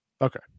Okay